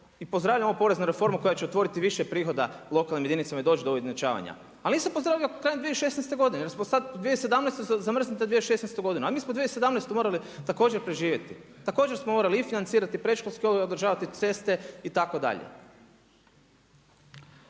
i pozdravljam ovu poreznu reformu koja će otvoriti više prihoda lokalnim jedinicama i doći do ovih ujednačavanja. Ali nisam pozdravio krajem 2016. godine jer smo sada u 2017. zamrznuli 2016. godinu, a mi smo 2017. morali također preživjeti. Također smo morali i financirati i predškolski odgoj, održavati ceste, itd..